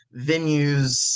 venues